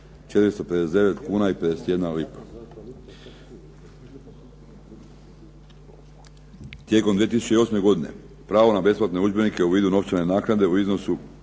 459 kuna i 51 lipa. Tijekom 2008. godine pravo na besplatne udžbenike u vidu novčane naknade u iznosu